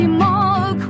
more